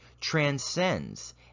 transcends